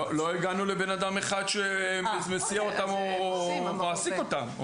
לא הגענו לבן אדם אחד שמסיע אותם או מעסיק אותם,